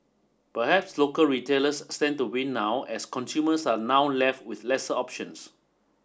perhaps local retailers stand to win now as consumers are now left with lesser options